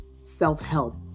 self-help